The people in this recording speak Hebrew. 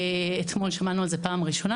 אתמול שמענו על זה פעם ראשונה.